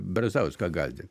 brazauską gąsdin